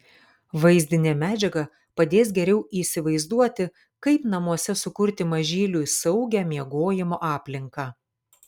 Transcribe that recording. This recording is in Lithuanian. vaizdinė medžiaga padės geriau įsivaizduoti kaip namuose sukurti mažyliui saugią miegojimo aplinką